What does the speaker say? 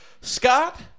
Scott